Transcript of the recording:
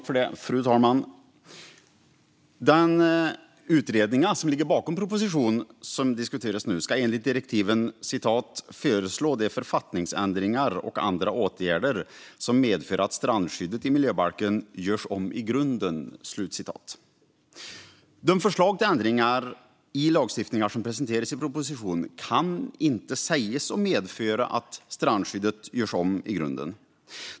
Fru talman! Den utredning som ligger bakom den proposition som nu diskuteras ska enligt direktiven "föreslå de författningsändringar och andra åtgärder som medför att strandskyddet i miljöbalken görs om i grunden". De förslag till ändringar i lagstiftningar som presenteras i propositionen kan inte sägas medföra att strandskyddet görs om i grunden.